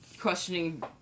questioning